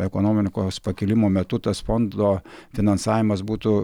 ekonomikos pakilimo metu tas fondo finansavimas būtų